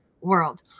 world